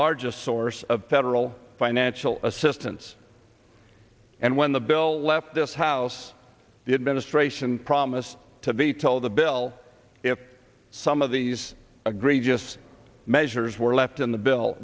largest source of federal financial assistance and when the bill left this house the administration promised to veto the bill if some of these agree just measures were left in the bill